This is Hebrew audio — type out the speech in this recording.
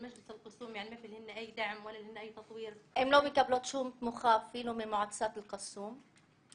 בתרגום) הן לא מקבלות שום תמיכה אפילו ממועצת אל קאסום,